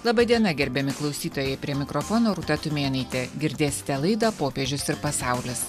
laba diena gerbiami klausytojai prie mikrofono rūta tumėnaitė girdėsite laidą popiežius ir pasaulis